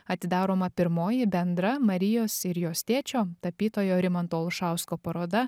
atidaroma pirmoji bendra marijos ir jos tėčio tapytojo rimanto olšausko paroda